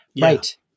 Right